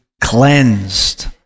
cleansed